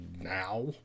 now